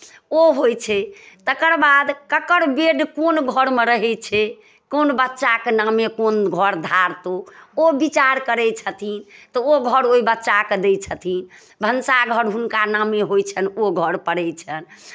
ओ होइ छै तकर बाद ककर बेड कोन घरमे रहै छै कोन बच्चाके नामे कोन घर धारतहु ओ विचार करै छथिन तऽ ओ घर ओहि बच्चाके दै छथिन भनसाघर हुनका नामे होइ छनि ओ घर पड़ै छनि